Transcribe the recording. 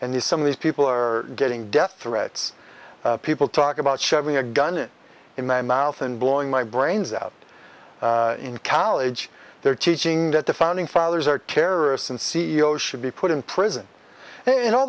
these some of these people are getting death threats people talk about shoving a gun in my mouth and blowing my brains out in college they're teaching that the founding fathers are terrorists and c e o should be put in prison and